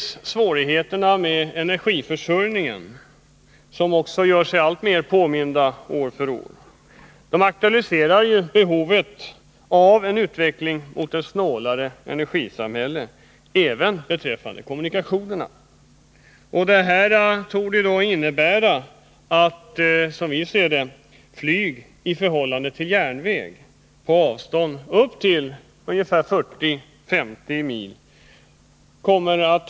Svårigheterna med energiförsörjningen, som gör sig alltmer påminda år för år, aktualiserar t.ex. behovet av en utveckling mot ett energisnålare samhälle även beträffande kommunikationerna. Detta torde, som vi ser det, innebära att flyget kommer att te sig allt oförmånligare i förhållande till järnväg på avstånd upp till ungefär 40-50 mil.